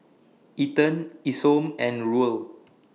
Ethan Isom and Ruel